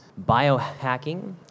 biohacking